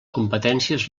competències